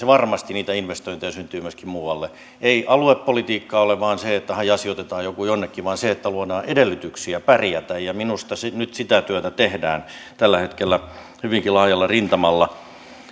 varmasti niitä investointeja syntyy myöskin muualle ei aluepolitiikkaa ole vain se että hajasijoitetaan joku jonnekin vaan se että luodaan edellytyksiä pärjätä minusta nyt sitä työtä tehdään tällä hetkellä hyvinkin laajalla rintamalla